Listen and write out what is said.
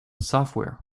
software